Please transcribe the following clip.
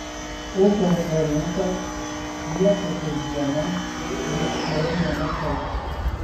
užu ėriuką šviesų kaip diena lig šiolei nemačiau